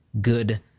good